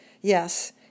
Yes